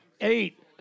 eight